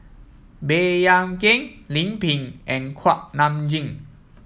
Baey Yam Keng Lim Pin and Kuak Nam Jin